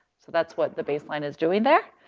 so that's what the baseline is doing there.